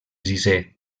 sisè